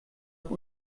noch